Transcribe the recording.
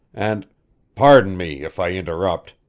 and pardon me, if i interrupt!